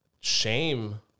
shame